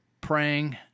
praying